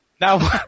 Now